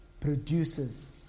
produces